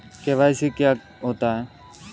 KYC क्या होता है?